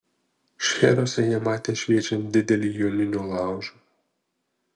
šcheruose jie matė šviečiant didelį joninių laužą